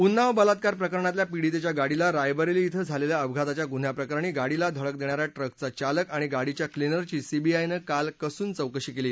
उन्नाव बलात्कार प्रकरणातल्या पिडीतेच्या गाडीला रायबरेली इथं झालेल्या अपघाताच्या गुन्ह्याप्रकरणी गाडीला धडक देणाऱ्या ट्रकचा चालक आणि गाडीच्या क्लिनरची सीबीआयनं काल कसून चौकशी केली